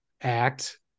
act